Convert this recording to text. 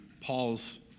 Paul's